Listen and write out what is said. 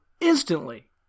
instantly